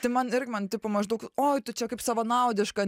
tai man irgi man tipo maždaug oi tu čia kaip savanaudiška